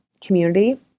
community